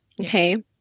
okay